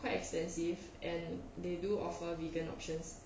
quite extensive and they do offer vegan options